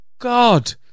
god